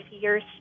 years